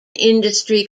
industry